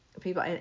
People